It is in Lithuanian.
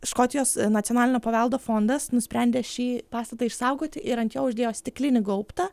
škotijos nacionalinio paveldo fondas nusprendė šį pastatą išsaugoti ir ant jo uždėjo stiklinį gaubtą